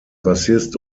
bassist